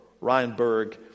Reinberg